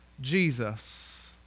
Jesus